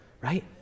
Right